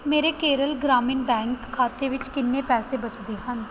ਮੇਰੇ ਕੇਰਲ ਗ੍ਰਾਮੀਣ ਬੈਂਕ ਖਾਤੇ ਵਿੱਚ ਕਿੰਨੇ ਪੈਸੇ ਬਚਦੇ ਹਨ